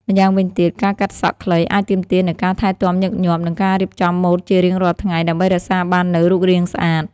ម្យ៉ាងវិញទៀត ការកាត់សក់ខ្លីអាចទាមទារនូវការថែទាំញឹកញាប់ និងការរៀបចំម៉ូដជារៀងរាល់ថ្ងៃ ដើម្បីរក្សាបាននូវរូបរាងស្អាត។